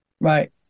Right